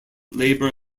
labour